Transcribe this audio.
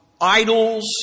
idols